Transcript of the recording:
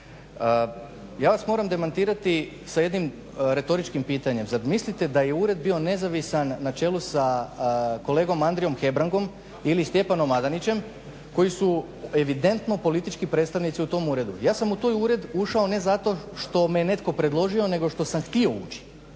Ja vas moram demantirati sa jednim retoričkim pitanjem. Zar mislite da je ured bio nezavisan na čelu sa kolegom Andrijom Hebrangom ili Stjepanom Adanićem koji su evidentno politički predstavnici u tom uredu. Ja sam u taj ured ušao ne zato što me netko predložio, nego što sam htio ući